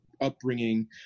upbringing